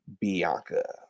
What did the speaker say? Bianca